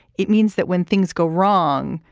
it means that when things go wrong,